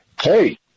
Hey